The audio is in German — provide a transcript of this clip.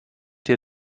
dir